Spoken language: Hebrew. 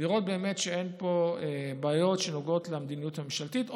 לראות באמת שאין פה בעיות שנוגעות למדיניות הממשלתית,